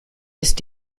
ist